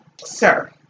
Sir